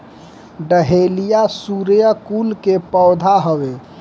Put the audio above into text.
dahlia सूर्यकुल के पौधा हवे